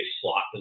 slot